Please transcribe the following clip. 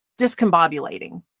discombobulating